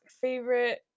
favorite